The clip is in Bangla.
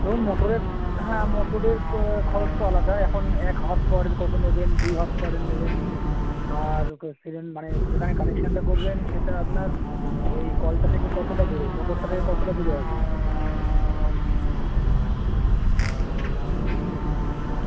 দেখুন মোটরে হ্যাঁ মোটরের ক খরচ তো আলাদা এখন এক হর্স পাওয়ারের কতো নেবেন দুই হর্স পাওয়ারের নেবেন আর কো সেজন মানে যেখানে কানেকশানটা করবেন সেটা আপনার ওই কলটা থেকে কতোটা দূরে মোটরটা থেকে কতোটা দূরে হবে